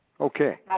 Okay